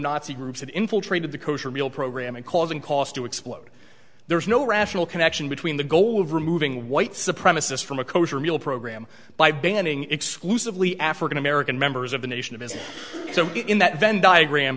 nazi groups had infiltrated the kosher real program and causing cost to explode there's no rational connection between the goal of removing white supremacist from a kosher meal program by banning exclusively african american members of the nation of islam so in that venn diagram